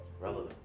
relevant